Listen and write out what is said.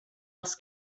als